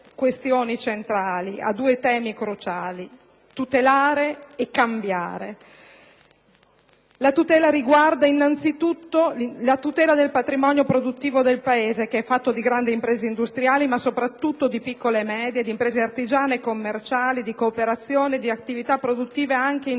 si snoda intorno a due temi cruciali: tutelare e cambiare. La tutela riguarda innanzitutto il patrimonio produttivo del Paese, fatto di grandi imprese industriali, ma soprattutto di piccole e medie imprese, di imprese artigiane e commerciali, di cooperazione, di attività produttive anche individuali.